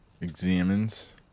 examines